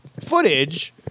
Footage